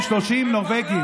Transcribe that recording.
אתם 30 נורבגים.